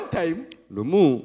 time